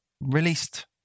released